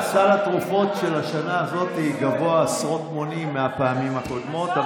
סל התרופות של השנה הזאת גבוה עשרות מונים מהפעמים הקודמות,